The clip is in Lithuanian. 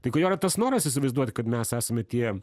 tai ko gero tas noras įsivaizduoti kad mes esame tie